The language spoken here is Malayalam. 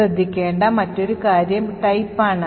ശ്രദ്ധിക്കേണ്ട മറ്റൊരു കാര്യം ആ type ആണ്